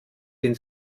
den